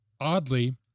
Oddly